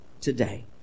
today